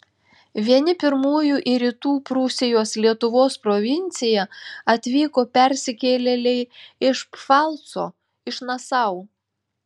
vieni pirmųjų į rytų prūsijos lietuvos provinciją atvyko persikėlėliai iš pfalco iš nasau